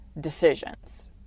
decisions